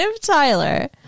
Tyler